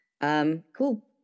Cool